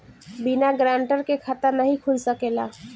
बिना गारंटर के खाता नाहीं खुल सकेला?